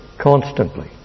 constantly